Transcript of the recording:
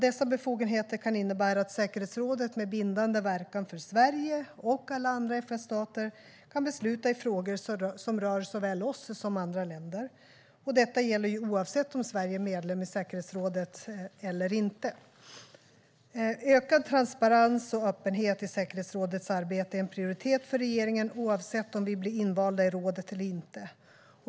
Dessa befogenheter kan innebära att säkerhetsrådet med bindande verkan för Sverige och alla andra FN-stater kan besluta i frågor som rör såväl oss som andra länder. Detta gäller oavsett om Sverige är medlem i säkerhetsrådet eller inte. Ökad transparens och öppenhet i säkerhetsrådets arbete är en prioritet för regeringen oavsett om vi blir invalda i rådet eller inte.